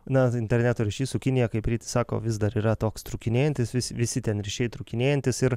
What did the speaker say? na interneto ryšys su kinija kaip rytis sako vis dar yra toks trūkinėjantis vis visi ten ryšiai trūkinėjantys ir